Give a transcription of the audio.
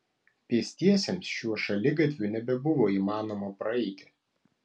pėstiesiems šiuo šaligatviu nebebuvo įmanoma praeiti